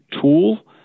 tool